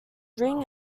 ring